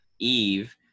eve